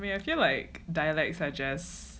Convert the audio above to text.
I mean I feel like dialects are just